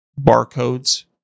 barcodes